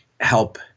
help